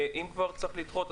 אם כבר צריך לדחות,